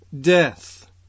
death